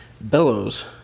bellows